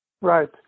right